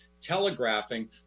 telegraphing